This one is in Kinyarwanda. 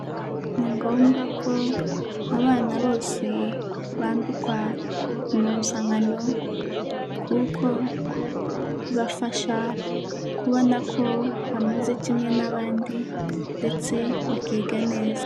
Ni ngombwa ko abana bose bambikwa impuzankano kuko bibafasha kubona ko bameze kimwe n'abandi ndetse bakiga neza.